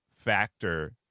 factor